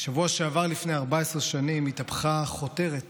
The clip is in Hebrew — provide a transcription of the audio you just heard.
בשבוע שעבר לפני 14 שנים התהפכה חותרת